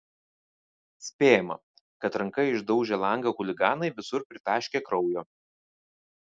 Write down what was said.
spėjama kad ranka išdaužę langą chuliganai visur pritaškė kraujo